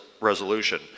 resolution